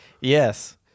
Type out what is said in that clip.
Yes